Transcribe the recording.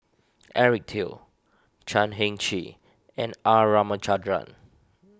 Eric Teo Chan Heng Chee and R Ramachandran